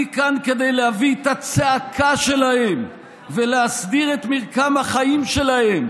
אני כאן כדי להביא את הצעקה שלהם ולהסביר את מרקם החיים שלהם.